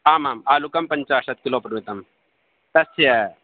आम् आम् आलुकं पञ्चाशत् किलो परिमितं तस्य